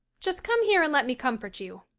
just come here and let me comfort you.